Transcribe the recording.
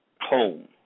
home